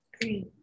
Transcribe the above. Great